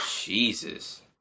Jesus